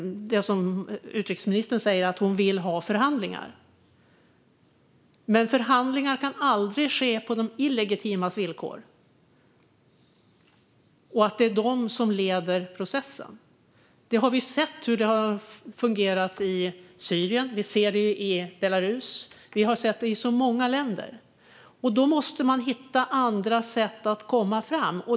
Utrikesministern säger att hon vill ha förhandlingar. Men förhandlingar kan aldrig ske på de illegitimas villkor och genom att de leder processen. Vi har sett hur det har fungerat i Syrien. Vi ser det i Belarus. Vi har sett det i så många länder. Då måste man hitta andra sätt att komma fram.